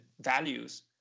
values